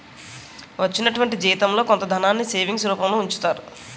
వచ్చినటువంటి జీవితంలో కొంత ధనాన్ని సేవింగ్స్ రూపంలో ఉంచుతారు